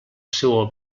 seua